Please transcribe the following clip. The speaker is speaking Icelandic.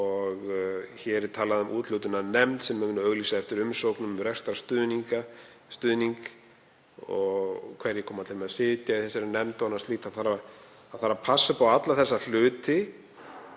Hér er talað um úthlutunarnefnd sem muni auglýsa eftir umsóknum um rekstrarstuðning, hverjir komi til með að sitja í þeirri nefnd og annað slíkt. Það þarf að passa upp á alla þessa hluti